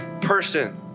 person